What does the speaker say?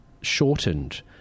shortened